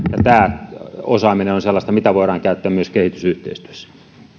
tämä osaaminen on sellaista mitä voidaan käyttää myös kehitysyhteistyössä